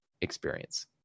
experience